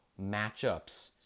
matchups